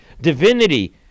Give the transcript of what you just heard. divinity